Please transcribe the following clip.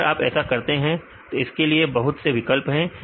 अगर आप ऐसा करते हैं तो इसके लिए बहुत से विकल्प हैं